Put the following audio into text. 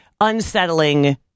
unsettling